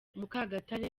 mukagatare